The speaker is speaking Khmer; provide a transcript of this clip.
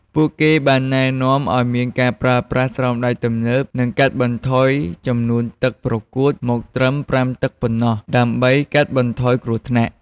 ពួកគេបានណែនាំឱ្យមានការប្រើប្រាស់ស្រោមដៃទំនើប និងកាត់បន្ថយចំនួនទឹកប្រកួតមកត្រឹម ៥ ទឹកប៉ុណ្ណោះ ដើម្បីកាត់បន្ថយគ្រោះថ្នាក់។